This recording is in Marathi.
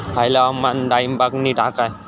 हयला हवामान डाळींबाक नीट हा काय?